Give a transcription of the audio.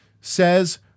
Says